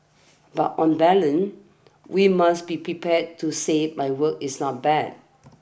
but on balance we must be prepared to say my work is not bad